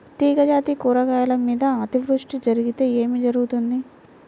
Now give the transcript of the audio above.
తీగజాతి కూరగాయల మీద అతివృష్టి జరిగితే ఏమి జరుగుతుంది?